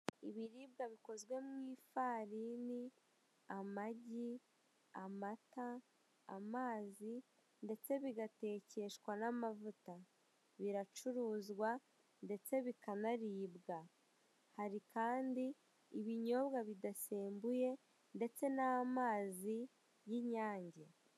Ibiribwa bikozwe mu ifarini, amagi, amata, amazi ndetse bigatekeshwa n'amavuta, biracuruzwa ndetse bikanaribwa; hari kandi ibinyobwa bidasembuye ndetse n'amazi y'inyange.